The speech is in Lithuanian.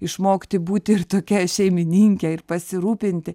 išmokti būti ir tokia šeimininke ir pasirūpinti